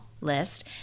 list